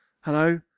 Hello